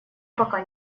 пока